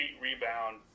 rebound